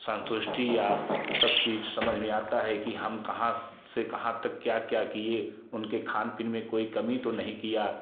संतुष्टि या सब चीज समझ में आता है कि हम कहाँ स से कहाँ तक क्या क्या किए उनके खान पीन में कोई कमी तो नहीं किया